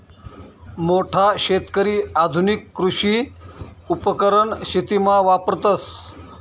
मोठा शेतकरी आधुनिक कृषी उपकरण शेतीमा वापरतस